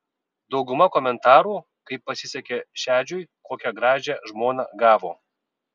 dauguma komentarų kaip pasisekė šedžiui kokią gražią žmoną gavo